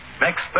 Next